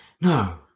no